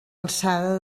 alçada